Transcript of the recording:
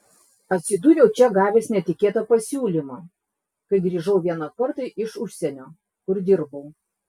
atsidūriau čia gavęs netikėtą pasiūlymą kai grįžau vieną kartą iš užsienio kur dirbau